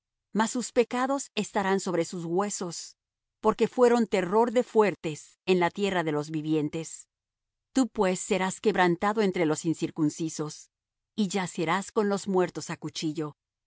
mas sus pecados estarán sobre sus huesos porque fueron terror de fuertes en la tierra de los vivientes tú pues serás quebrantado entre los incircuncisos y yacerás con los muertos á cuchillo